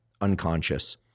unconscious